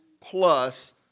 plus